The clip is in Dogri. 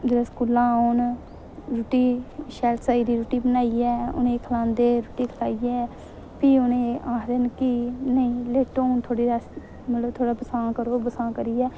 जेल्लै स्कूला औन रुट्टी शैल सजरी रुट्टी बनाइयै उ'नेंगी खलांदे रुट्टी खाइयै प्ही उ'नेंगी आक्खदे न के वेटो हून थोह्ड़ी रैस्ट मतलब थोह्ड़ा बसांह् करो बसांह् करियै